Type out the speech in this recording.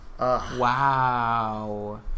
Wow